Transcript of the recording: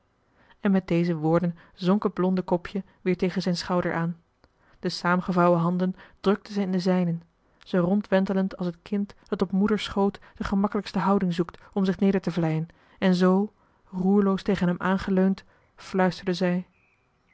en met deze woorden zonk het blondje kopje weer tegen zijn schouder aan de saamgevouwen handen drukte zij in de zijnen ze rondwentelend als het kind dat op moeders schoot de gemakkelijkste houding zoekt om zich nederte vleien en zoo roerloos tegen hem aangeleund fluisterde zij